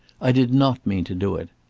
i did not mean to do it.